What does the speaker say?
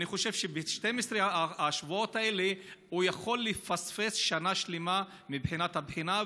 אני חושב שב-12 השבועות האלה הוא יכול לפספס שנה שלמה מבחינת הבחינה,